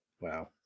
wow